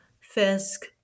Fisk